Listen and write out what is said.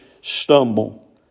stumble